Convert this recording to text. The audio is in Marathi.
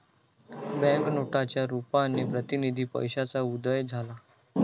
बँक नोटांच्या रुपाने प्रतिनिधी पैशाचा उदय झाला